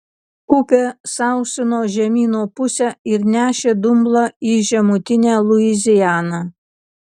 upė sausino žemyno pusę ir nešė dumblą į žemutinę luizianą